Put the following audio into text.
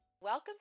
Welcome